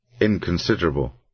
inconsiderable